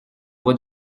voix